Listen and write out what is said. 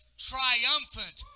triumphant